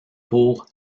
pour